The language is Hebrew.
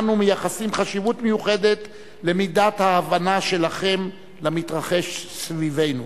אנו מייחסים חשיבות מיוחדת למידת ההבנה שלכם למתרחש סביבנו